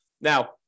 Now